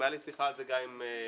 הייתה לי שיחה על זה גם עם אורי.